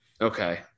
Okay